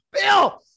Bill